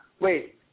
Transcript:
Wait